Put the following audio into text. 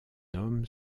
homme